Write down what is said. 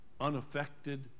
unaffected